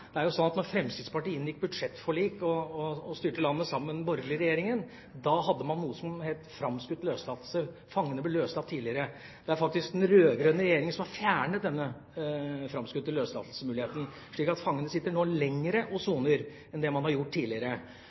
Fremskrittspartiet inngikk budsjettforlik og styrte landet sammen med den borgerlige regjeringen, hadde man noe som het framskutt løslatelse – fangene ble løslatt tidligere. Det er faktisk den rød-grønne regjeringa som har fjernet denne muligheten for framskutt løslatelse, slik at fangene nå sitter lenger og soner enn tidligere. Bakgrunnen for å kunne avvikle soningskøen er at man har